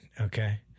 okay